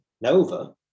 Nova